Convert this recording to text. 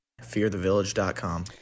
fearthevillage.com